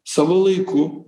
savo laiku